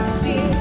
see